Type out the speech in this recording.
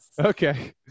okay